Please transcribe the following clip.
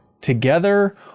together